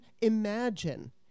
imagine